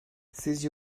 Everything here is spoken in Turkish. sizce